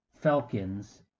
Falcons –